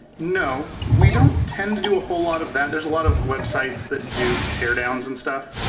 no. we don't tend to do a whole lot of that. there's a lot of websites that do tear downs and stuff.